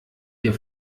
hier